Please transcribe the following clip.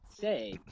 say